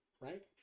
right